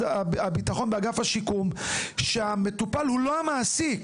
הביטחון באגף השיקום אומרת שמבחינתם המטופל הוא לא המעסיק,